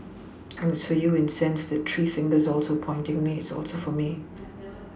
and it's for you in sense that three fingers also pointing me it's also for me